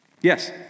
yes